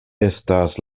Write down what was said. estas